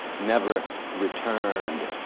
never returned.